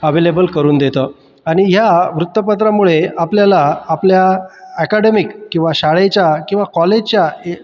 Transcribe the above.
available करून देतं आणि या वृत्तपत्रामुळे आपल्याला आपल्या अकॅडमिक किंवा शाळेच्या किंवा कॉलेजच्या